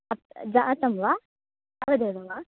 अस् जातं वा तावदेव वा